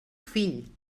fill